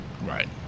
Right